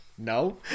No